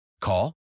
Call